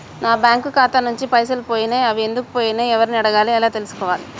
నా బ్యాంకు ఖాతా నుంచి పైసలు పోయినయ్ అవి ఎందుకు పోయినయ్ ఎవరిని అడగాలి ఎలా తెలుసుకోవాలి?